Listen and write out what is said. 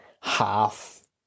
half